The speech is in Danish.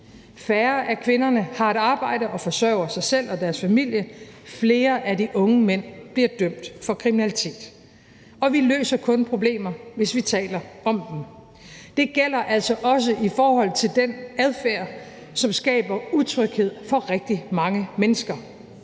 Færre af kvinderne har et arbejde og forsørger sig selv og deres familie; flere af de unge mænd bliver dømt for kriminalitet. Og vi løser kun problemer, hvis vi taler om dem. Det gælder altså også i forhold til den adfærd, som skaber utryghed for rigtig mange mennesker,